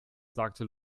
sagte